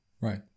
Right